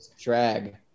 drag